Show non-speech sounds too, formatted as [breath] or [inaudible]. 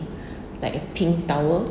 [breath] like a pink towel